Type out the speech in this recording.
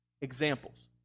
examples